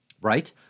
right